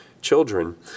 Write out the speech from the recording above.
children